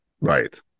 Right